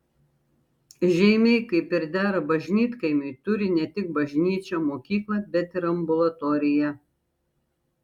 žeimiai kaip ir dera bažnytkaimiui turi ne tik bažnyčią mokyklą bet ir ambulatoriją